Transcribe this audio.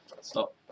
Stop